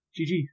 GG